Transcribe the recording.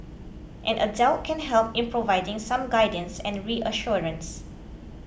an adult can help in providing some guidance and reassurance